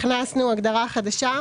הכנסנו הגדרה חדשה.